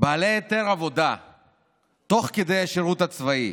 בעלי היתר עבודה תוך כדי השירות הצבאי